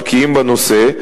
שבקיאים בנושא,